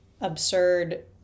absurd